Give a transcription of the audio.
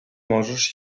możesz